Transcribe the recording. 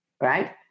right